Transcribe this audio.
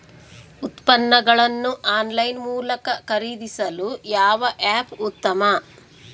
ಉತ್ಪನ್ನಗಳನ್ನು ಆನ್ಲೈನ್ ಮೂಲಕ ಖರೇದಿಸಲು ಯಾವ ಆ್ಯಪ್ ಉತ್ತಮ?